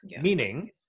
meaning